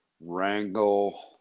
wrangle